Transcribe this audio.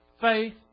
faith